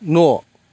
न'